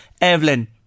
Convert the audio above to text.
Evelyn